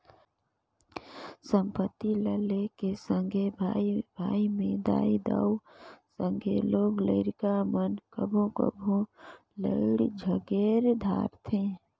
संपत्ति ल लेके सगे भाई भाई में दाई दाऊ, संघे लोग लरिका मन कभों कभों लइड़ झगेर धारथें